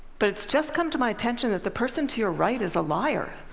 but it's just come to my attention that the person to your right is a liar.